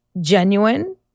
genuine